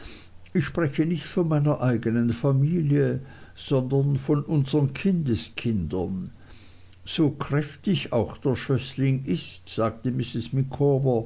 ich spreche nicht von meiner eignen familie sondern von unsern kindeskindern so kräftig auch der schößling ist sagte mrs